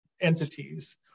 entities